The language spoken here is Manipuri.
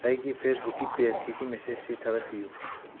ꯑꯩꯒꯤ ꯐꯦꯁꯕꯨꯛꯀꯤ ꯄꯦꯁꯁꯤꯒꯤ ꯃꯦꯁꯦꯖꯁꯤ ꯊꯥꯒꯠꯄꯤꯌꯨ